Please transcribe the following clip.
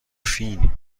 فین